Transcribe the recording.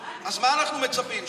אז מה אנחנו מצפים,